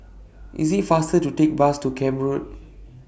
IS IT faster to Take Bus to Camp Road